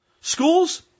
Schools